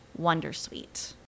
wondersuite